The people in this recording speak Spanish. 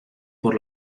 por